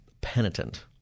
penitent